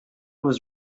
was